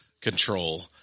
control